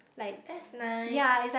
that's nice